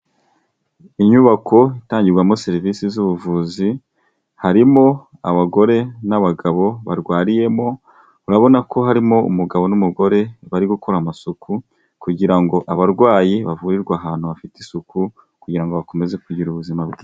Inyubako itangirwamo serivisi z'ubuvuzi, harimo abagore n'abagabo barwariyemo, urabona ko harimo umugabo n'umugore bari gukora amasuku, kugira ngo abarwayi bavurirwe ahantu hafite isuku kugira ngo bakomeze kugira ubuzima bwiza.